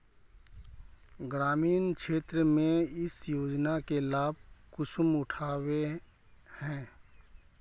ग्रामीण क्षेत्र में इस योजना के लाभ कुंसम उठावे है?